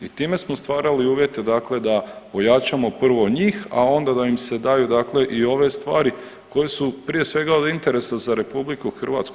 I time smo stvarali uvjete da ojačamo prvo njih, a onda da im se daju i ove stvari koje su prije svega od interesa za RH.